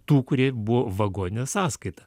tų kurie buvo vagone sąskaita